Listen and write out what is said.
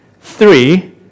three